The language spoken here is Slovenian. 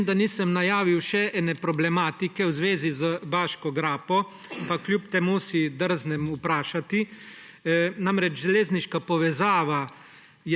Vem, da nisem najavil še ene problematike v zvezi z Baško grapo, ampak kljub temu si drznem vprašati. Namreč, železniška povezava